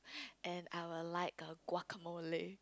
and I would like a Guacamole